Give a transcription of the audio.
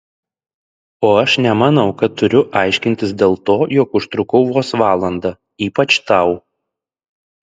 o aš nemanau kad turiu aiškintis dėl to jog užtrukau vos valandą ypač tau